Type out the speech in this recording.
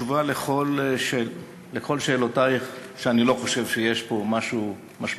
התשובה על כל שאלותיך היא שאני לא חושב שיש פה משהו משמעותי,